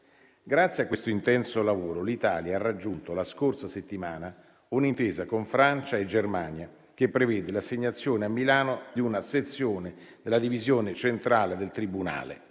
Grazie a questo intenso lavoro, l'Italia ha raggiunto, la scorsa settimana, un'intesa con Francia e Germania, che prevede l'assegnazione a Milano di una sezione della divisione centrale del Tribunale.